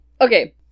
Okay